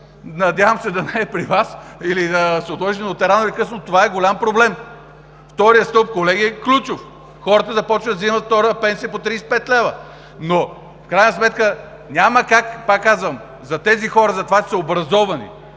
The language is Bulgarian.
надявам се да не е при Вас или да се отложи, но това е голям проблем. Вторият стълб, колеги, е ключов. Хората започват да взимат втора пенсия по 35 лв., но в крайна сметка няма как, пак казвам, тези хора, затова, че са образовани,